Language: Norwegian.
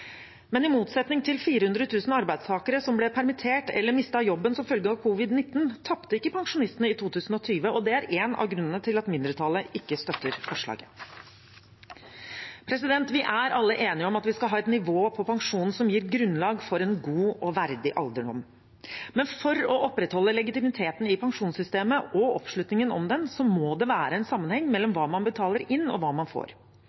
Men i motsetning til 400 000 arbeidstakere som ble permittert eller mistet jobben som følge av covid-19, tapte ikke pensjonistene i 2020, og det er en av grunnene til at mindretallet ikke støtter forslaget. Vi er alle enige om at vi skal ha et nivå på pensjonen som gir grunnlag for en god og verdig alderdom. Men for å opprettholde legitimiteten i pensjonssystemet og oppslutningen om det må det være en sammenheng mellom hva man betaler inn, og hva man får.